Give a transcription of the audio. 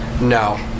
No